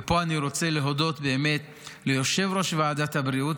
ופה אני רוצה להודות באמת ליושב-ראש ועדת הבריאות,